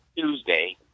Tuesday